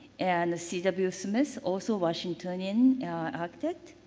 and c w smith. also washingtonian architect.